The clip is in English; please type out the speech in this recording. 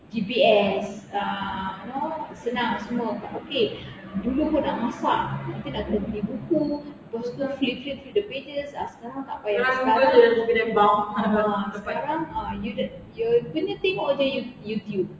G_P_S ah you know senang semua but okay dulu kalau nak masak kita nak kena fikir buku pastu flip flip flip the pages ah sekarang tak payah sekarang ah sekarang ah you tengok jer youtube